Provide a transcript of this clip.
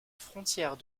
frontière